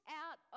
out